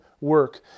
work